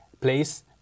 place